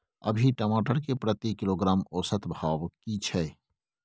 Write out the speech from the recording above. अभी टमाटर के प्रति किलो औसत भाव की छै?